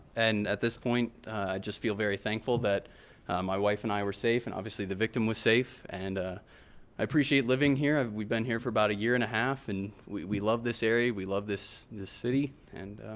and at this point i just feel very thankful that my wife and i were safe and obviously the victim was safe and ah i appreciate living here. have we been here for about a year and a half and we we love this area. we love this this city and